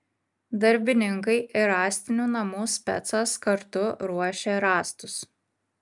darbininkai ir rąstinių namų specas kartu ruošė rąstus